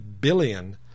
billion